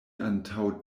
antaŭ